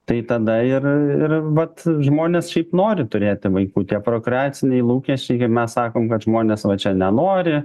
tai tada ir ir vat žmonės šiaip nori turėti vaikų tie prokreaciniai lūkesčiai kaip mes sakom kad žmonės va čia nenori